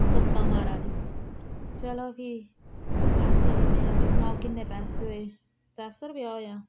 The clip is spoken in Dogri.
गप्पां मारा दी चलो फ्ही अस चलने आं फ्ही सनाओ किन्ने पैसे होऐ त्रै सौ रपेआ होएआ